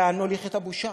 לאן נוליך את הבושה?